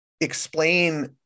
explain